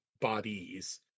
bodies